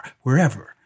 wherever